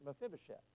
Mephibosheth